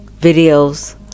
videos